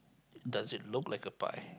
does it look like a pie